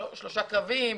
שלושה קווים,